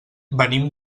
venim